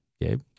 Gabe